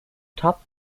top